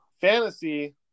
Fantasy